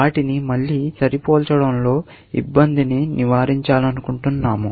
వాటిని మళ్లీ సరిపోల్చడంలో ఇబ్బందిని నివారించాలనుకుంటున్నాము